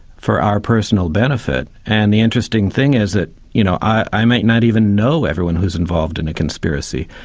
for our personal benefit. and the interesting thing is that you know i might not even know everyone who's involved in a conspiracy.